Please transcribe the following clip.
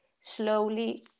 slowly